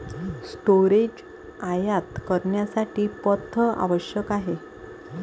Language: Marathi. स्टोरेज आयात करण्यासाठी पथ आवश्यक आहे